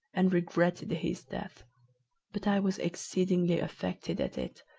and regretted his death but i was exceedingly affected at it,